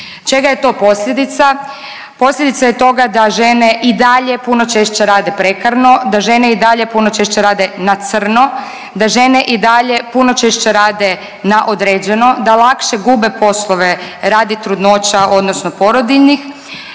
Čega je to posljedica? Posljedica je toga da žene i dalje puno češće rade prekarno, da žene i dalje puno češće rade na crno, da žene i dalje puno češće rade na određeno, da lakše gube poslove radi trudnoća odnosno porodiljnih,